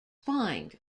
fined